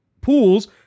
pools